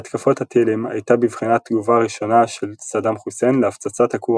בהתקפות הטילים הייתה בבחינת תגובה ראשונה של סדאם חוסיין להפצצת הכור